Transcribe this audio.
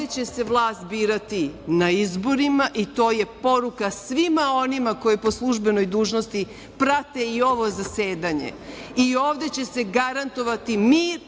Ovde će se vlast birati na izborima i to je poruka svima onima koji po službenoj dužnosti prate i ovo zasedanje. Ovde će se garantovati mir